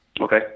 okay